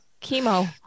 Chemo